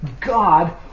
God